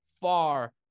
far –